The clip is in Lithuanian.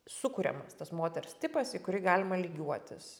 sukuriamas tas moters tipas į kurį galima lygiuotis